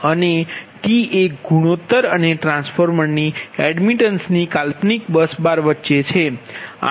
અને t એક ગુણોત્તર અને ટ્રાન્સફોર્મરની એડમિટન્સની કાલ્પનિક બસ બાર વચ્ચે છે